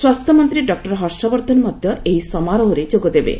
ସ୍ୱାସ୍ଥ୍ୟମନ୍ତ୍ରୀ ଡକ୍କର ହର୍ଷବର୍ଦ୍ଧନ ମଧ୍ୟ ଏହି ସମାରୋହରେ ଯୋଗଦେବେ